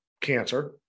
cancer